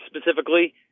specifically –